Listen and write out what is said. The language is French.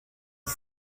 dix